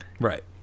Right